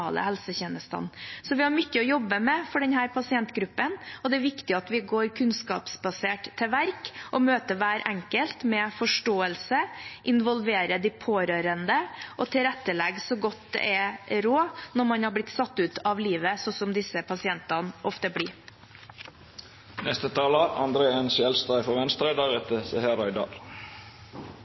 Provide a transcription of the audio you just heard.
helsetjenestene. Vi har mye å jobbe med for denne pasientgruppen. Det er viktig at vi går kunnskapsbasert til verks og møter hver enkelt med forståelse, involverer de pårørende og tilrettelegger så godt som råd er, når man har blitt satt ut av livet, sånn disse pasientene ofte blir.